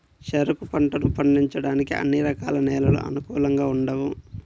చెరుకు పంటను పండించడానికి అన్ని రకాల నేలలు అనుకూలంగా ఉండవు